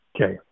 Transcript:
okay